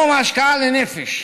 היום ההשקעה לנפש